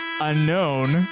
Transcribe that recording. unknown